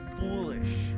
foolish